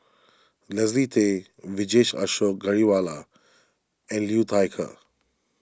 Leslie Tay Vijesh Ashok Ghariwala and Liu Thai Ker